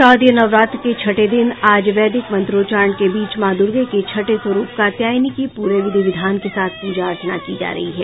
शारदीय नवरात्र के छठे दिन आज वैदिक मंत्रोचरण के बीच मां दूर्गे के छठे स्वरूप कात्यायनी की पूरे विधि विद्यान के साथ पूजा अर्चना की जा रही है